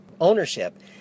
ownership